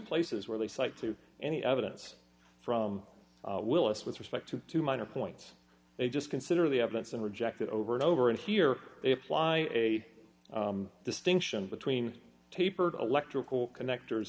places where they cite to any evidence from willis with respect to two minor points they just consider the evidence and reject it over and over and here they apply a distinction between tapered electrical connector